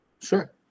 Sure